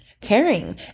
caring